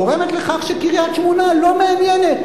גורמת לכך שקריית-שמונה לא מעניינת.